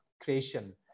creation